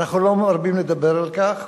ואנחנו לא מרבים לדבר על כך.